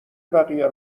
بقیه